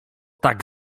tak